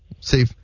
See